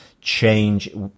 change